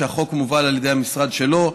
שהחוק מובל על ידי המשרד שלו.